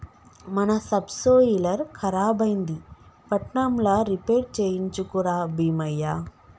మన సబ్సోయిలర్ ఖరాబైంది పట్నంల రిపేర్ చేయించుక రా బీమయ్య